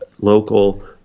local